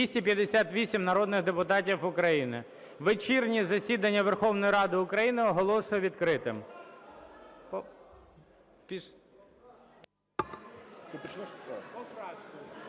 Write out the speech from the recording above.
258 народних депутатів України. Вечірнє засідання Верховної Ради України оголошую відкритим.